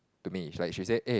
to me like she said eh